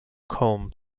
comb